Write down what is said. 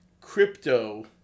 crypto